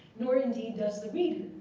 nor, indeed, does the reader,